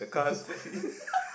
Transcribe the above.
!oops! so sorry